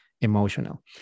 emotional